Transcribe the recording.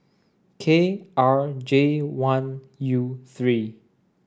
K R J one U three